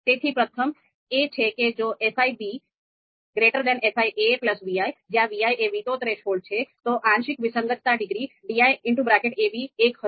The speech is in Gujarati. તેથી પ્રથમ એ છે કે જો fifivi જ્યાં vi એ વીટો થ્રેશોલ્ડ છે તો આંશિક વિસંગતતા ડિગ્રી diab એક હશે